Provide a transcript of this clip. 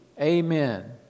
Amen